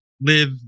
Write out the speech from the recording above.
live